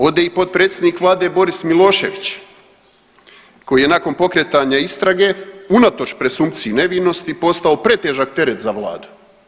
Ode i potpredsjednik vlade Boris Milošević, koji je nakon pokretanja istrage unatoč presumpciji nevinosti postao pretežak teret za vladu.